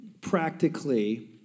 practically